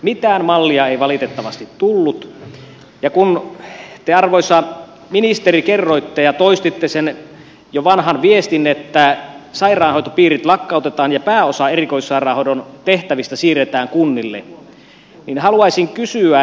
mitään mallia ei valitettavasti tullut ja kun te arvoisa ministeri kerroitte ja toistitte sen jo vanhan viestin että sairaanhoitopiirit lakkautetaan ja pääosa erikoissairaanhoidon tehtävistä siirretään kunnille niin haluaisin kysyä